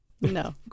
No